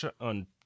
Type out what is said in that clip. on